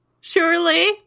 surely